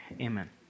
Amen